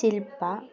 ശിൽപ